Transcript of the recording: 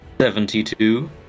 seventy-two